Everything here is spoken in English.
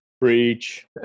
breach